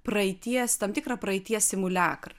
praeities tam tikrą praeities simuliakrą